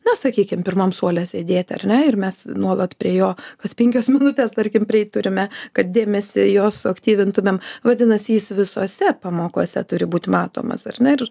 na sakykim pirmam suole sėdėti ar ne ir mes nuolat prie jo kas penkios minutės tarkim prieit turime kad dėmesį jo suaktyvintumėm vadinasi jis visose pamokose turi būt matomas ar ne ir